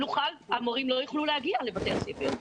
המורים לא יוכלו להגיע לבתי הספר.